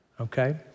okay